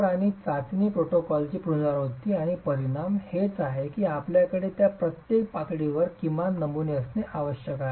आणि चाचणी प्रोटोकॉलची पुनरावृत्ती आणि परिणाम हेच आहे की आपल्याकडे या प्रत्येक पातळीवर किमान नमुने असणे आवश्यक आहे